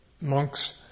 monks